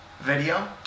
video